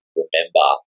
remember